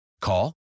Call